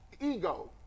Ego